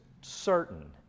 certain